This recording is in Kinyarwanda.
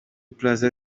plaza